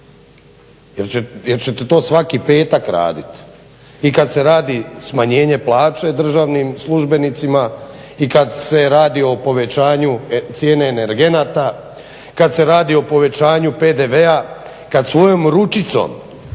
Jer ćete to svaki petak radit. I kad se radi smanjenje plaće državnim službenicima i kad se radi o povećanju cijene energenata, kad se radi o povećanju PDV-a, kad svojom ručicom